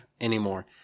anymore